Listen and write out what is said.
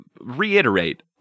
reiterate